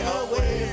away